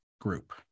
group